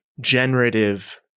generative